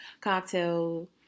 cocktail